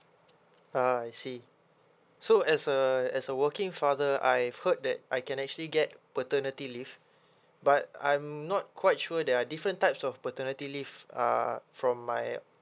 ah I see so as a as a working father I've heard that I can actually get paternity leave but I'm not quite sure there are different types of paternity leave uh from my